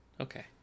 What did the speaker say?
Okay